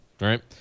Right